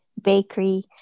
bakery